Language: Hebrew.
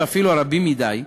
ואפילו הרבים מדי,